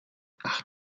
ach